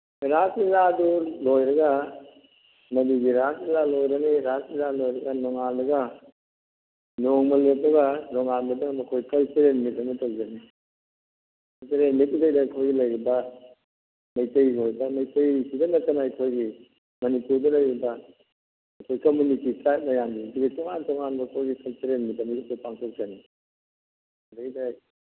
ꯔꯥꯁ ꯂꯤꯂꯥꯗꯣ ꯂꯣꯏꯔꯒ ꯃꯗꯨꯒꯤ ꯔꯥꯁ ꯂꯤꯂꯥ ꯂꯣꯏꯔꯅꯤ ꯔꯥꯁ ꯂꯤꯂꯥ ꯂꯣꯏꯔꯒ ꯅꯣꯡꯉꯥꯜꯂꯒ ꯅꯣꯡꯃ ꯂꯦꯞꯄꯒ ꯅꯣꯡꯉꯥꯟꯕꯗꯅ ꯃꯈꯣꯏ ꯀꯜꯆꯔꯦꯟ ꯃꯤꯠ ꯍꯥꯏꯅ ꯇꯧꯖꯅꯤ ꯀꯜꯆꯔꯦꯜ ꯃꯤꯠꯇꯨꯗꯩꯗ ꯑꯩꯈꯣꯏꯒꯤ ꯂꯩꯔꯤꯕ ꯃꯩꯇꯩꯒꯤ ꯑꯣꯏꯕ ꯃꯩꯇꯩꯁꯤꯗ ꯅꯠꯇꯅ ꯑꯩꯈꯣꯏꯒꯤ ꯃꯅꯤꯄꯨꯔꯗ ꯂꯩꯔꯤꯕ ꯑꯩꯈꯣꯏ ꯀꯃꯨꯅꯤꯇꯤ ꯇ꯭ꯔꯥꯏꯞ ꯃꯌꯥꯝꯁꯤꯡꯁꯤꯒꯤ ꯇꯣꯉꯥꯟ ꯇꯣꯉꯥꯟꯕ ꯑꯩꯈꯣꯏꯒꯤ ꯀꯜꯆꯔꯦꯜ ꯃꯤꯠ ꯑꯃꯁꯨ ꯑꯩꯈꯣꯏ ꯄꯥꯡꯊꯣꯛꯆꯅꯤ ꯑꯗꯩꯗ